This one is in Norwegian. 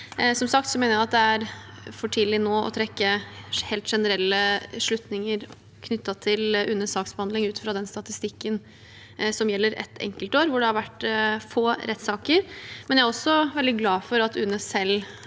Som sagt mener jeg det er for tidlig nå å trekke helt generelle slutninger knyttet til UNEs saksbehandling ut fra den statistikken som gjelder ett enkeltår da det har vært få rettssaker. Samtidig er jeg veldig glad for at UNE selv